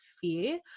fear